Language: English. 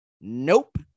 Nope